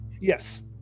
Yes